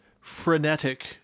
frenetic